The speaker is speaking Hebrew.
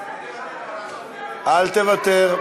אל תוותר.